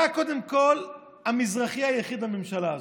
כי אתה קודם כול המזרחי היחיד הממשלה הזאת.